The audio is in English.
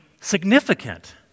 significant